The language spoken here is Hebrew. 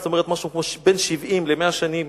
זאת אומרת משהו כמו בין 70 ל-100 שנים